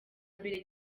mbere